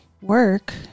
work